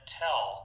tell